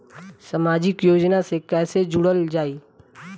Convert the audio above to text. समाजिक योजना से कैसे जुड़ल जाइ?